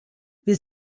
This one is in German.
wir